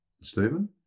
Stephen